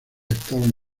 estaban